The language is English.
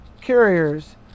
carriers